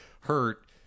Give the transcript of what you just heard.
hurt